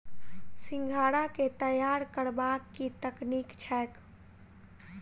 सिंघाड़ा केँ तैयार करबाक की तकनीक छैक?